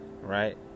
right